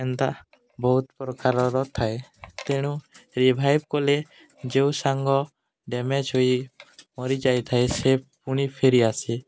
ଏନ୍ତା ବହୁତ ପ୍ରକାରର ଥାଏ ତେଣୁ ରିଭାଇଭ୍ କଲେ ଯେଉ ସାଙ୍ଗ ଡ୍ୟାମେଜ ହୋଇ ମରିଯାଇଥାଏ ସେ ପୁଣି ଫେରି ଆସେ